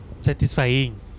Satisfying